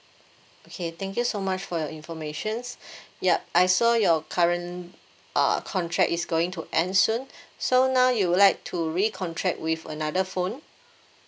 okay thank you so much for your informations yup I saw your current uh contract is going to end soon so now you would like to recontract with another phone